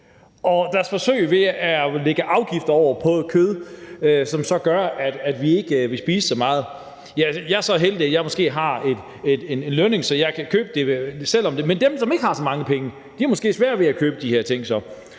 de forsøge med at lægge afgifter på kød, så vi ikke vil spise så meget af det. Jeg er så heldig måske at have en lønning, som gør, at jeg kan købe det alligevel, men dem, som ikke har så mange penge, har så måske sværere ved at købe de her ting.